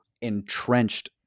entrenched